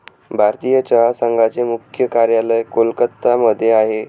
भारतीय चहा संघाचे मुख्य कार्यालय कोलकत्ता मध्ये आहे